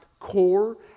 core